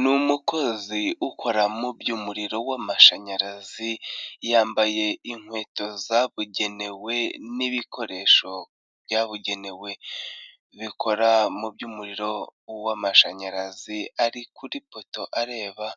Ni umukozi ukora mu by'umuriro w'amashanyarazi yambaye inkweto zabugenewe n'ibikoresho byabugenewe bikora mu by'umuriro w'amashanyarazi, ari kuri poto areba